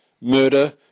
murder